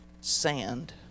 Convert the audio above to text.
sand